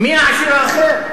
מי העשיר האחר?